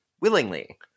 willingly